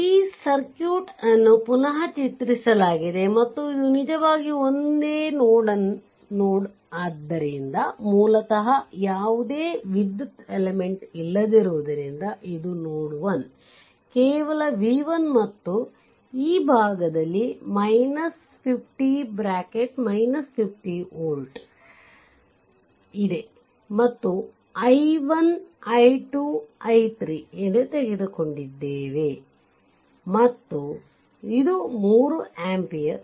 ಈ ಸರ್ಕ್ಯೂಟ್ ಅನ್ನು ಪುನಃ ಚಿತ್ರಿಸಲಾಗಿದೆ ಮತ್ತು ಇದು ನಿಜವಾಗಿ ಒಂದೇ ನೋಡ್ ಆದ್ದರಿಂದ ಮೂಲತಃ ಯಾವುದೇ ವಿದ್ಯುತ್ ಎಲೆಮೆಂಟ್ ಇಲ್ಲದಿರುವುದರಿಂದ ಇದು ನೋಡ್ 1 ಕೇವಲ v1 ಮತ್ತು ಈ ಭಾಗದಲ್ಲಿ 50 ವೋಲ್ಟ್ ಇದೆ ಮತ್ತು ಇದು i1 i2 ಮತ್ತು i3 ಎಂದು ತೆಗೆದುಕೊಂಡಿದ್ದೇವೆ ಮತ್ತು ಇದು 3 ಆಂಪಿಯರ್ 3 ampere